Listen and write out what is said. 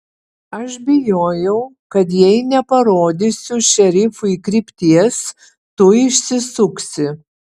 aš bijojau kad jei neparodysiu šerifui krypties tu išsisuksi